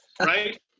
Right